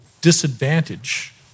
disadvantage